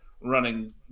running